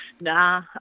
Nah